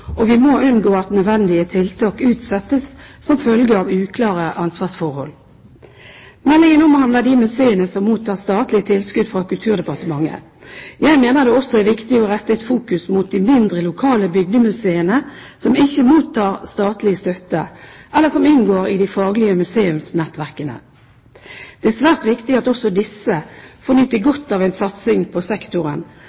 og vi må unngå at nødvendige tiltak utsettes som følge av uklare ansvarsforhold. Meldingen omhandler de museene som mottar statlig tilskudd fra Kulturdepartementet. Jeg mener det også er viktig å rette et fokus mot de mindre, lokale bygdemuseene som ikke mottar statlig støtte, eller som inngår i de faglige museumsnettverkene. Det er svært viktig at også disse